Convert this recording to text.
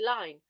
line